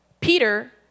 Peter